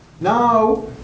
Now